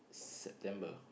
September